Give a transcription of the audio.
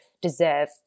deserve